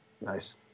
Nice